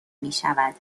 میشود